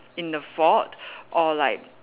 in the fault or like